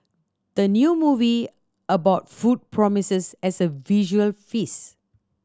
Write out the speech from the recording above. the new movie about food promises as a visual feast